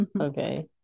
Okay